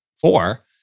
four